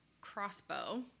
crossbow